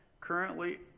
Currently